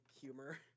humor